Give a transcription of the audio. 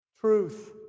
truth